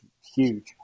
huge